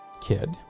kid